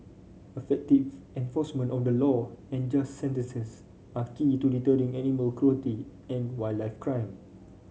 affective enforcement of the law and just sentences are key to deterring animal cruelty and wildlife crime